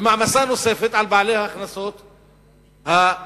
ומעמסה נוספת על בעלי ההכנסות הנמוכות.